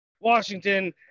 Washington